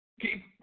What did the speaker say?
Keep